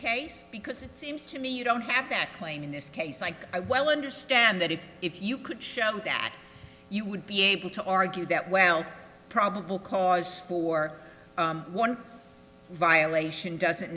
case because it seems to me you don't have that claim in this case like i well understand that if if you could shout that you would be able to argue that well probable cause for one violation doesn't